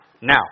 Now